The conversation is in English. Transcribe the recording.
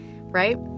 right